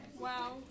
Wow